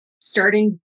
starting